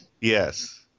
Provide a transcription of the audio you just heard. Yes